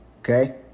Okay